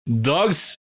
dogs